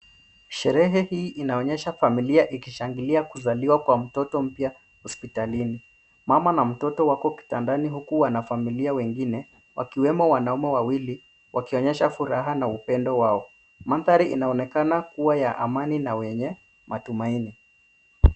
Sherehe hii inaonyesha familia ikishangilia kuzaliwa kwa mtoto mpya hospitalini. Mama na mtoto wako kitandani huku na familia wengine, wakiwemo wanaume wawili wakionyesha furaha na upendo wao . Mandhari inaonekana kuwa ya amani na wenye matumaini.